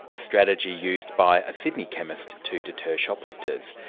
a strategy used by a sydney chemist to deter shoplifters.